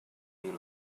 you